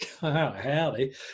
howdy